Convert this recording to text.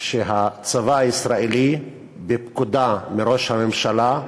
שהצבא הישראלי, בפקודה מראש הממשלה,